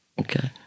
okay